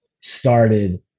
started